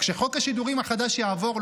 כשחוק השידורים החדש יעבור,